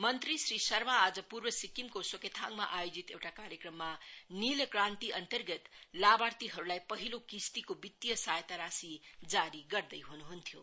मंत्री श्री शर्मा आज पूर्व सिक्किमको सोकेथाङमा आयोजित एउटा कार्यक्रममा नील क्रान्ति अन्तर्गत लाभार्थीहरूलाई पहिलो किस्तिको वित्तीय सहायता राशि जारी गर्दै हुनुहुन्थ्यो